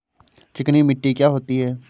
चिकनी मिट्टी क्या होती है?